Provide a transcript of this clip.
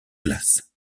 glace